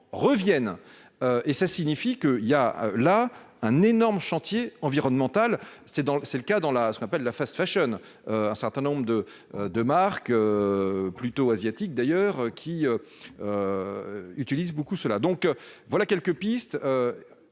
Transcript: reviennent et ça signifie que, il y a là un énorme chantier environnementale c'est dans, c'est le cas dans la ce qu'on appelle la Fast fashion, un certain nombre de de marque plutôt asiatique d'ailleurs qui utilisent beaucoup cela, donc voilà quelques pistes